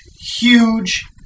huge